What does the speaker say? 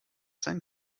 sein